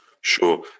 sure